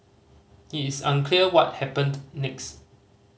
it is unclear what happened next